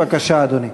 בבקשה, אדוני.